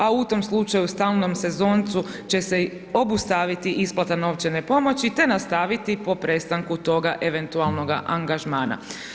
A u tom slučaju stalnom sezoncu će se obustaviti isplata novčane pomoći te nastaviti po prestanku toga eventualnoga angažmana.